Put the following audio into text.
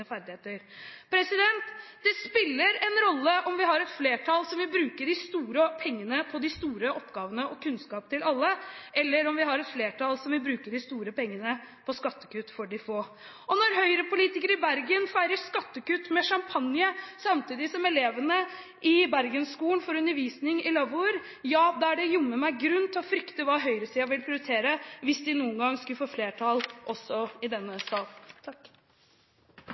ferdigheter. Det spiller en rolle om vi har et flertall som vil bruke de store pengene på de store oppgavene og kunnskap til alle, eller om vi har et flertall som vil bruke de store pengene på skattekutt for de få. Når høyrepolitikere i Bergen feirer skattekutt med champagne, samtidig som elevene i Bergen-skolen får undervisning i lavvoer, ja, da er det jammen meg grunn til å frykte hva høyresiden vil prioritere hvis de noen gang skulle få flertall også i denne sal.